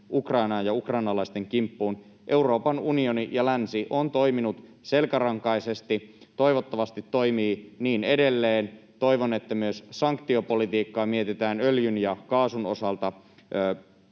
Ukrainaan ja ukrainalaisten kimppuun, Euroopan unioni ja länsi ovat toimineet selkärankaisesti — toivottavasti toimivat niin edelleen. Toivon, että myös sanktiopolitiikkaa mietitään öljyn ja kaasun osalta